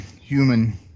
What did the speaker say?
human